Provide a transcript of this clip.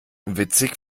witzig